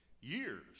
years